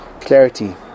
clarity